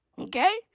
Okay